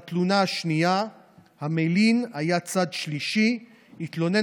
בתלונה השנייה המלין היה צד שלישי שהתלונן